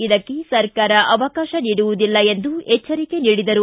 ಇದಕ್ಕೆ ಸರಕಾರ ಅವಕಾಶ ನೀಡುವುದಿಲ್ಲ ಎಂದು ಎಚ್ಚರಿಕೆ ನೀಡಿದರು